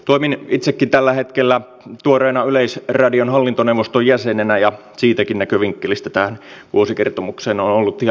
toimin itsekin tällä hetkellä tuoreena yleisradion hallintoneuvoston jäsenenä ja siitäkin näkövinkkelistä tähän vuosikertomukseen on ollut ihan mielenkiintoista tutustua